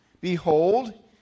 behold